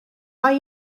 mae